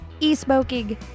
E-smoking